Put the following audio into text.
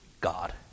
God